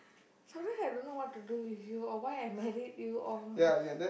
sometimes I don't know what to do with you or why I married you or